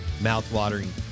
mouth-watering